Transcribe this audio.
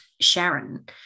Sharon